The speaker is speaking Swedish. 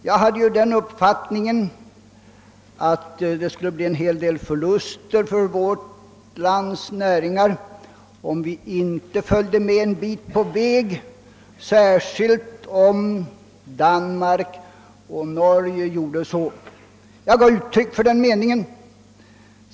Jag hade den uppfattningen att det skulle bli en hel del förluster för vårt lands näringar, om vi inte följde med en bit på väg i devalveringen, särskilt om Danmark och Norge gjorde så. Jag gav uttryck för den meningen.